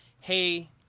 hey